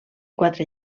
quatre